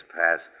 passed